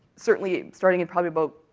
certainly starting in probably about,